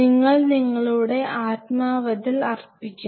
നിങ്ങൾ നിങ്ങളുടെ ആത്മാവതിൽ അർപ്പിക്കണം